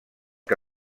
que